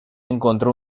encontró